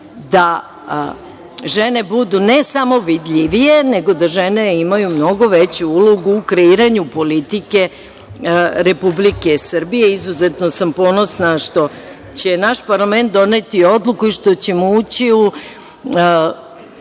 da žene budu, ne samo vidljivije, nego da žene imaju mnogo veću ulogu u kreiranju politike Republike Srbije. Izuzetno sam ponosna što će naš parlament doneti odluku i što ćemo ući